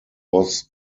was